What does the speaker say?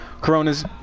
corona's